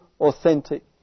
authentic